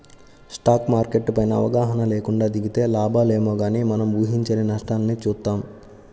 stock market పైన అవగాహన లేకుండా దిగితే లాభాలేమో గానీ మనం ఊహించని నష్టాల్ని చూత్తాం